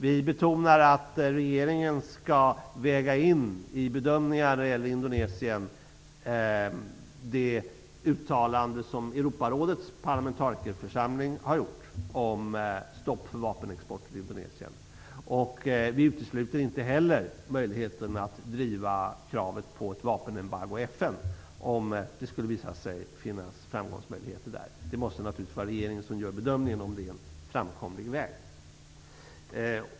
Vi betonar att regeringen i bedömningar när det gäller Indonesien skall väga in det uttalande som Europarådets parlamentarikerförsamling har gjort om stopp för vapenexport till Indonesien. Vi utesluter inte heller möjligheten att driva kravet på ett vapenembargo i FN, om det skulle visa sig finnas framgångsmöjligheter. Det måste naturligtvis vara regeringen som gör bedömningen om detta är en framkomlig väg.